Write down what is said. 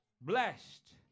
Blessed